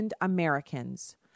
Americans